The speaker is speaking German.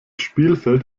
spielfeld